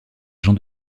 jean